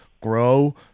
grow